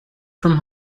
from